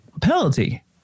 penalty